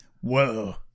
Whoa